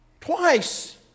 Twice